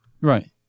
Right